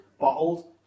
bottled